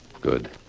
Good